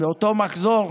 מאותו מחזור.